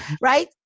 Right